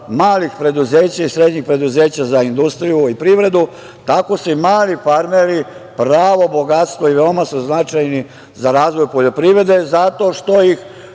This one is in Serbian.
malih preduzeća i srednjih preduzeća za industriju i privredu. Tako su i mali farmeri pravo bogatstvo i veoma su značajni za razvoj poljoprivrede, zato što ih